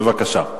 בבקשה.